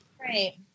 Right